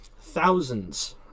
thousands